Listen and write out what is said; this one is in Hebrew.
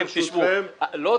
אז על רקע המילה הזאת,